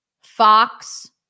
Fox